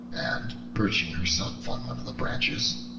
and perching herself on one of the branches,